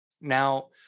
now